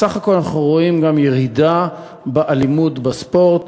בסך הכול אנחנו רואים ירידה באלימות בספורט.